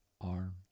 arms